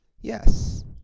Yes